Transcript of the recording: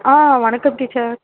ஆ வணக்கம் டீச்சர்